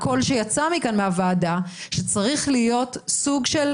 לחוות את זה פסיכולוגית זה הרבה יותר מכל